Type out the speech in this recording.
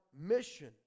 mission